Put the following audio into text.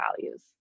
values